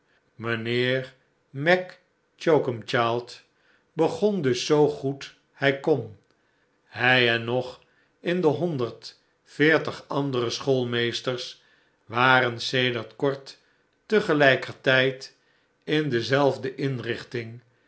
mijnheer mac choakumchild begon dus zoo goed hij kon hij en nog in de honderd veertig andere schoolmeesters waren sedert kort tegelijkertijd in dezelfde inrichting